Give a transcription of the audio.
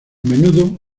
menudo